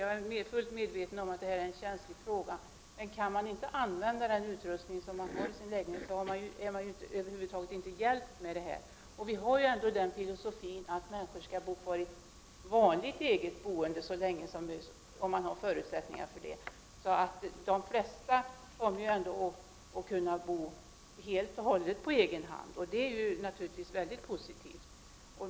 Jag är fullt medveten om att detta är en känslig fråga, men om man inte kan använda den utrustning som finns i ens lägenhet, är man över huvud taget inte hjälpt av denna utrustning. Vi har ju den filosofin att människor skall vara kvar i vanligt eget boende så länge de har förutsättningar för det. De flesta kommer ju ändå att kunna bo helt och hållet på egen hand, och det är naturligtvis mycket positivt.